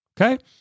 Okay